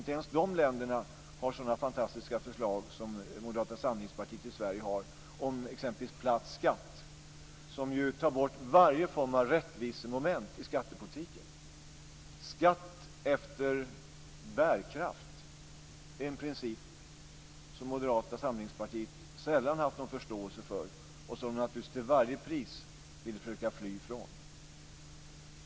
Inte ens i de länderna har man sådana fantastiska förslag som Moderata samlingspartiet i Sverige har, exempelvis om "platt skatt", som ju tar bort varje form av rättvisemoment i skattepolitiken. Skatt efter bärkraft är en princip som Moderata samlingspartiet sällan har haft någon förståelse för och som det naturligtvis till varje pris vill försöka fly från.